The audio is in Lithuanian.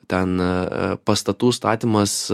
ten pastatų statymas